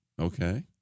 Okay